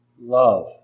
Love